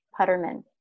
Putterman